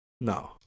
No